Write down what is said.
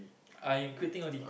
I quitting already